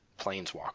Planeswalker